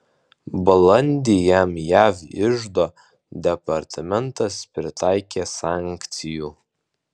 balandį jam jav iždo departamentas pritaikė sankcijų